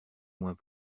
moins